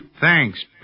Thanks